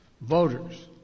Voters